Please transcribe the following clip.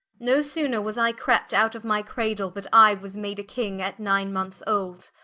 no sooner was i crept out of my cradle, but i was made a king, at nine months olde.